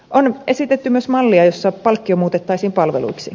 on esitetty myös mallia jossa palkkio muutettaisiin palveluiksi